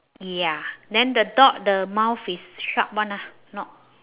ya then the dog the mouth is s~ sharp one ah not